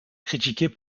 critiqués